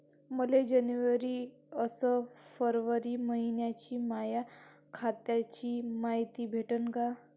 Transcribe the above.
मले जनवरी अस फरवरी मइन्याची माया खात्याची मायती भेटन का?